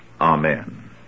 amen